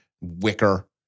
wicker